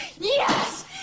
Yes